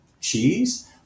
cheese